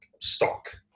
stock